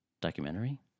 Documentary